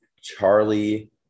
charlie